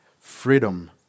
freedom